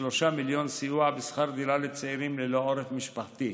ו-3 מיליון שלקים לסיוע בשכר דירה לצעירים ללא עורף משפחתי.